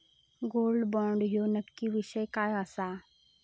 Gold bond ह्यो नक्की विषय काय आसा?